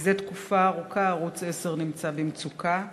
מזה תקופה ארוכה ערוץ 10 נמצא במצוקה.